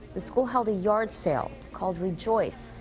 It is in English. the school held a yard sale, called re-joyce.